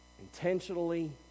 intentionally